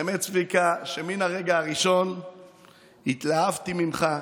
האמת, צביקה, שמן הרגע הראשון התלהבתי ממך.